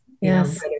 Yes